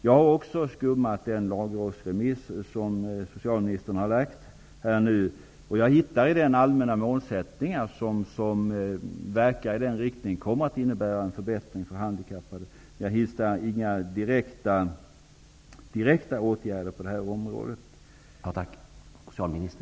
Jag har också läst i den lagrådsremiss som socialministern har lagt fram. Där finner jag allmäna målsättningar vilka, om man verkar i den riktningen, kommer att innebära en förbättring för handikappade, men jag hittar inga förslag till konkreta åtgärder på detta område.